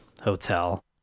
hotel